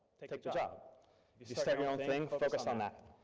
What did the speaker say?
take the job. if you start your own thing, focus on that.